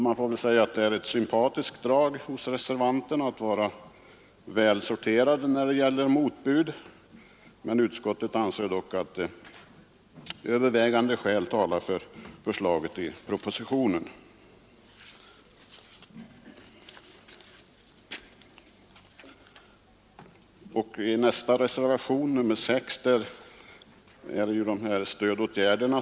Man får säga att det är ett sympatiskt drag hos reservanterna att vara välsorterade när det gäller motbud, men utskottet anser dock att övervägande skäl talar för propositionens förslag. Reservationen 6 upptar förslag om stödåtgärder.